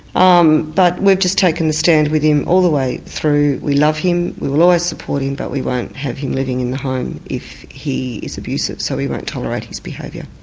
um but we've just taken the stand with him all the way through we love him, we will always support him, but we won't have him living in the home if he is abusive, so we won't tolerate his behaviour.